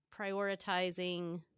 prioritizing